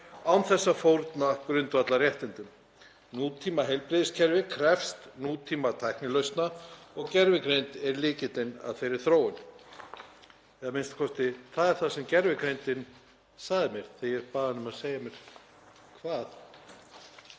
án þess að fórna grundvallarréttindum. Nútímaheilbrigðiskerfi krefst nútímatæknilausna og gervigreind er lykillinn að þeirri þróun. Eða það er a.m.k. það sem gervigreindin sagði mér þegar ég bað hana um að segja mér hvernig